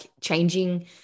changing